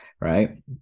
right